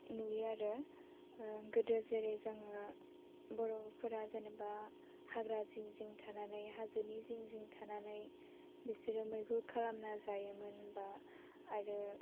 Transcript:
नुयो आरो गोदो जेरै जोङो बर'फोरा जेनेबा हाग्रा जिं जिं थानानै हाजोनि जिं जिं थानानै बिसोरो मैहुर खालामना जायोमोन बा आरो